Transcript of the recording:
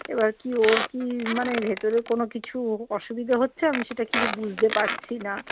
এবার কি ওর কি মানে ভেতরের কোনো কিছু অসুবিধা হচ্ছে আমি সেটা কিছু বুঝতে পারচ্ছি না